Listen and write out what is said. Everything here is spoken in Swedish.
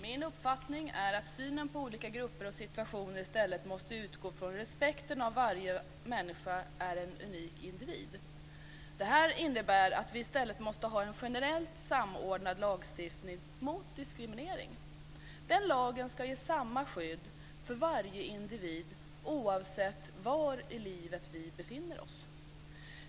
Min uppfattning är att synen på olika grupper och situationer i stället måste utgå från respekten för att varje människa är en unik individ. Detta innebär att vi i stället måste ha en generell, samordnad lagstiftning mot diskriminering. Den lagen ska ge samma skydd för varje individ, oavsett var i livet vi befinner oss.